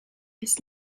his